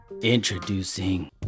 Introducing